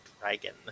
Dragon